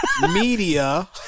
media